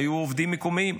הם היו עובדים מקומיים,